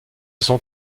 sont